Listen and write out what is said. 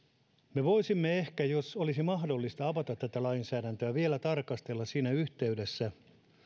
me voisimme ehkä jos olisi mahdollista avata tätä lainsäädäntöä vielä tarkastella siinä yhteydessä